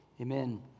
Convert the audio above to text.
Amen